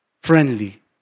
friendly